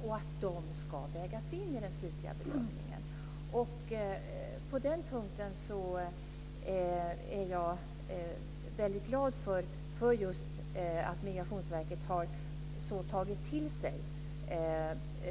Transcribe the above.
Detta ska vägas in i den slutliga bedömningen. På den punkten är jag väldigt glad för att Migrationsverket har tagit till sig